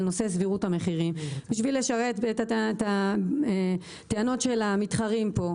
נושא סדירות המחירים בשביל לשרת את הטענות של המתחרים פה,